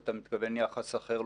אתה מתכוון יחס אחר,